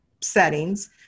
settings